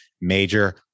major